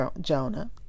Jonah